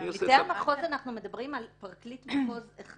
בהיבטי ההנחיות אנחנו מדברים על פרקליט מחוז אחד.